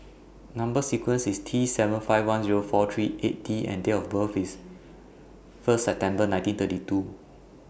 Number sequence IS T seven five one Zero four three eight D and Date of birth IS First September nineteen thirty two